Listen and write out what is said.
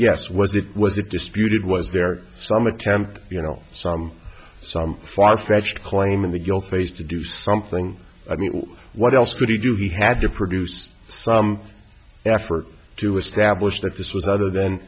yes was it was it disputed was there some attempt you know some some far fetched claim in the guilt phase to do something i mean what else could he do he had to produce some effort to establish that this was other than